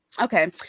okay